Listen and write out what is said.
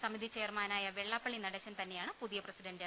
സമിതി ചെയർമാനായ വെള്ളപ്പള്ളി നടേശൻ തന്നെയാണ് പുതിയ പ്രസിഡണ്ട്